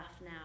now